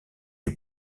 est